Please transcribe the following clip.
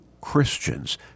Christians